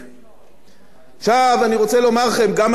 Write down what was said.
עכשיו אני רוצה לומר לכם: גם ההסדר הזה שהממשלה,